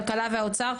הכלכלה והאוצר,